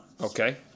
Okay